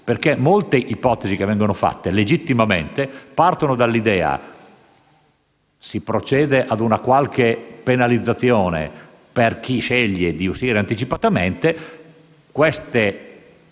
Molte delle ipotesi che vengono avanzate, legittimamente, partono dall'idea che si procede ad una qualche penalizzazione per chi sceglie di uscire anticipatamente dal lavoro e